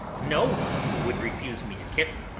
no one would refuse me a kitten,